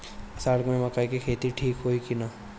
अषाढ़ मे मकई के खेती ठीक होई कि ना?